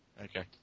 Okay